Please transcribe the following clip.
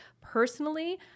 Personally